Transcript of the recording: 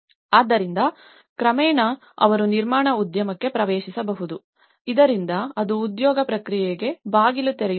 ಆದ್ದರಿಂದ ಕ್ರಮೇಣ ಅವರು ನಿರ್ಮಾಣ ಉದ್ಯಮಕ್ಕೆ ಪ್ರವೇಶಿಸಬಹುದು ಇದರಿಂದ ಅದು ಉದ್ಯೋಗ ಪ್ರಕ್ರಿಯೆಗೆ ಬಾಗಿಲು ತೆರೆಯುತ್ತದೆ